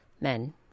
men